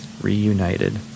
reunited